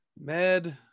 med